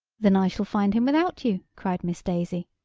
then i shall find him without you, cried miss daisy.